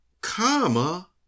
comma